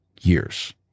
years